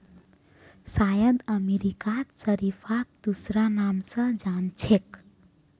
शायद अमेरिकात शरीफाक दूसरा नाम स जान छेक